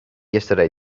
yesterday